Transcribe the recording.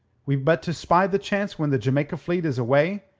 we've but to spy the chance when the jamaica fleet is away.